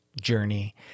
journey